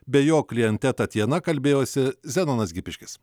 bei jo kliente tatjana kalbėjosi zenonas gipiškis